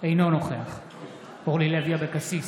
אינו נוכח אורלי לוי אבקסיס,